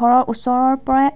ঘৰৰ ওচৰৰ পৰাই